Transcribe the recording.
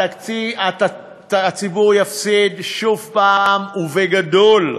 הציבור יפסיד שוב, ובגדול.